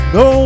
no